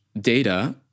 data